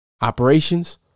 Operations